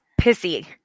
pissy